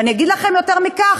ואני אגיד לכם יותר מזה: